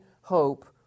hope